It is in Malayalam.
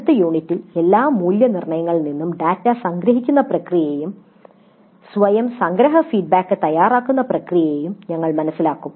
അടുത്ത യൂണിറ്റിൽ എല്ലാ മൂല്യനിർണ്ണയങ്ങളിൽ നിന്നും ഡാറ്റ സംഗ്രഹിക്കുന്ന പ്രക്രിയയും സ്വയം സംഗ്രഹ ഫീഡ്ബാക്ക് തയ്യാറാക്കുന്ന പ്രക്രിയയും ഞങ്ങൾ മനസ്സിലാക്കും